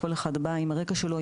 כל אחד בא עם הרקע שלו,